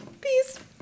peace